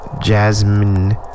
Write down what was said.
Jasmine